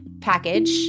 package